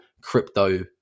crypto